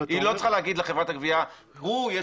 היא לא צריכה להגיד לחברת הגבייה: הוא יש